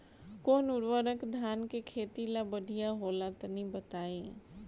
कौन उर्वरक धान के खेती ला बढ़िया होला तनी बताई?